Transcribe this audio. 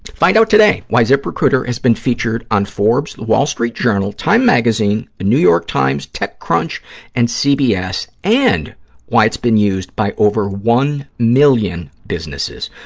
find out today why ziprecruiter has been featured on forbes, the wall street journal, time magazine, the new york times, tech crunch and cbs, and why it's been used by over one million businesses.